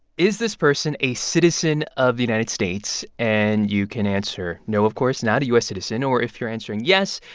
is this person a citizen of the united states? and you can answer no, of course, not a u s. citizen. or if you're answering yes,